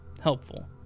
Helpful